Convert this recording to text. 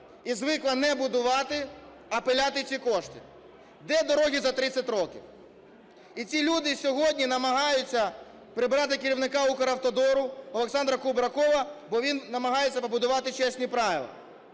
і звикла не будувати, а "пиляти" ці кошти. Де дороги за 30 років? І ці люди намагаються прибрати керівника Укравтодору Олександра Кубракова, бо він намагається побудувати чесні правила.